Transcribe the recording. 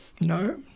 no